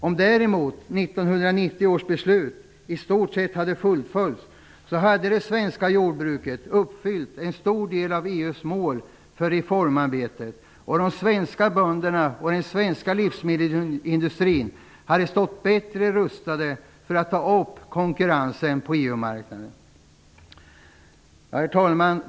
Om däremot 1990 års beslut i stort sett hade fullföljts hade det svenska jordbruket uppfyllt en stor del av EU:s mål för reformarbete, och de svenska bönderna och den svenska livsmedelsindustrin hade stått bättre rustade för att ta upp konkurrensen på EU Herr talman!